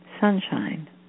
sunshine